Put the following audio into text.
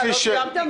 הדורסנית הזאת.